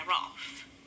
off